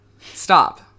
Stop